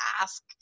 ask